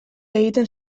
egiten